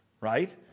right